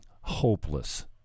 hopeless